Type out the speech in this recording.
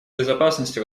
безопасности